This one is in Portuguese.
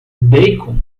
bacon